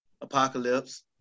Apocalypse